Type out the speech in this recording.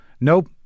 Nope